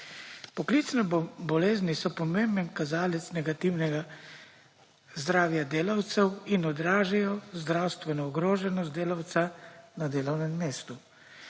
Poklicne bolezni so pomemben kazalec negativnega zdravja delavcev in odražajo zdravstveno ogroženost delavca na delovnem mestu.